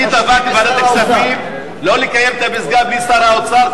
אני תבעתי בוועדת הכספים לא לקיים את הפסגה בלי שר האוצר,